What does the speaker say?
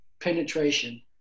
penetration